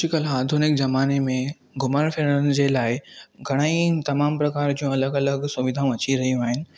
अॼुकल्ह आधुनिक ज़माने में घुमण फिरण जे लाइ घणेई तमामु प्रकार जूं अलॻि अलॻि सुविधाऊं अची रहियूं आहिनि